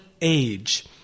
age